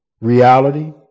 reality